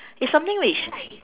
it's something which